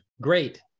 Great